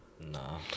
No